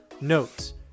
notes